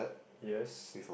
yes